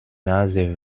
nase